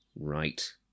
Right